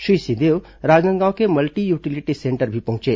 श्री सिंहदेव राजनांदगांव के multi utility centre भी पहुंचे